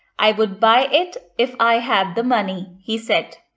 i would buy it if i had the money he said.